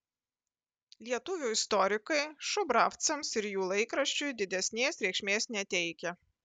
lietuvių istorikai šubravcams ir jų laikraščiui didesnės reikšmės neteikia